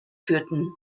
führten